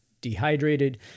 dehydrated